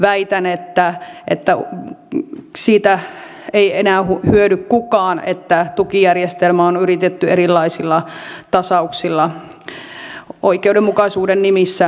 väitän että siitä ei enää hyödy kukaan että tukijärjestelmää on yritetty erilaisilla tasauksilla oikeudenmukaisuuden nimissä tasata